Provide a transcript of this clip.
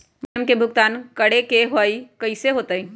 मासिक प्रीमियम के भुगतान करे के हई कैसे होतई?